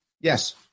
Yes